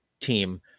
team